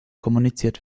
kommuniziert